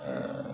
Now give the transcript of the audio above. हां